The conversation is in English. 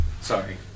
Sorry